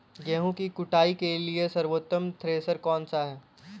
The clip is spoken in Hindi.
गेहूँ की कुटाई के लिए सर्वोत्तम थ्रेसर कौनसा है?